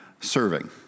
serving